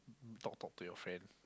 talk talk to your friend